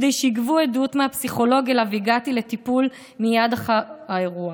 כדי שייגבו עדות מהפסיכולוג שאליו הגעתי לטיפול מייד אחרי האירוע.